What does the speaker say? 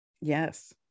Yes